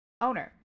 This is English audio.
owner